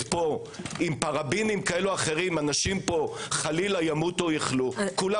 פה עם פרבינים כאלה ואחרים אנשים פה חלילה ימותו או יחלו כולם